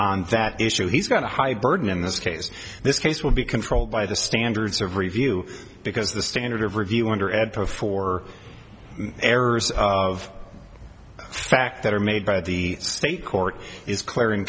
on that issue he's got a high burden in this case this case will be controlled by the standards of review because the standard of review under add to for errors of the fact that are made by the state court is clear